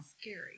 scary